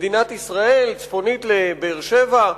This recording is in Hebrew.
מדינת ישראל צפונית לבאר-שבע,